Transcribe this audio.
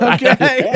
Okay